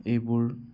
এইবোৰ